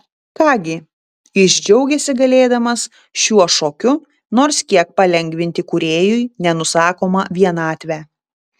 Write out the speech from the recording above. ką gi jis džiaugėsi galėdamas šiuo šokiu nors kiek palengvinti kūrėjui nenusakomą vienatvę